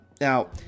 now